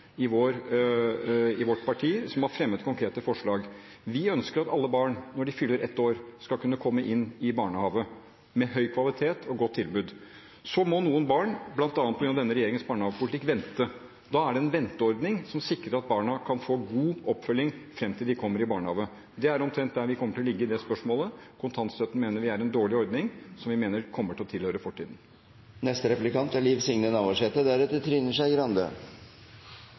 i vårt parti, som har fremmet konkrete forslag. Vi ønsker at alle barn, når de fyller ett år, skal kunne komme inn i en barnehage med høy kvalitet og godt tilbud. Så må noen barn – bl.a. med denne regjeringens barnehagepolitikk – vente. Da er det en venteordning, som sikrer at barna kan få god oppfølging fram til de kommer i barnehage. Det er omtrent der vi kommer til å ligge i det spørsmålet. Kontantstøtten mener vi er en dårlig ordning, som vi mener kommer til å tilhøre fortiden.